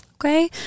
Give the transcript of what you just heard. Okay